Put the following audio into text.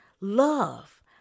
love